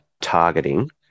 targeting